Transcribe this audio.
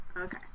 Okay